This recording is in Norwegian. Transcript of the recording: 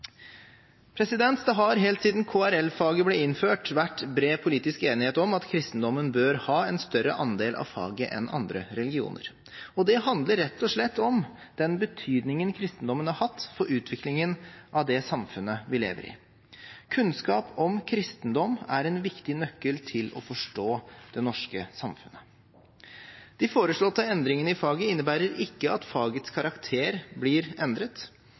halvparten. Det har helt siden KRL-faget ble innført, vært bred politisk enighet om at kristendommen bør ha en større andel av faget enn andre religioner, og det handler rett og slett om den betydningen kristendommen har hatt for utviklingen av det samfunnet vi lever i. Kunnskap om kristendom er en viktig nøkkel til å forstå det norske samfunnet. De foreslåtte endringene i faget innebærer ikke at fagets karakter blir endret.